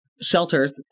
shelters